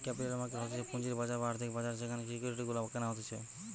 capital market হতিছে পুঁজির বাজার বা আর্থিক বাজার যেখানে সিকিউরিটি গুলা কেনা হতিছে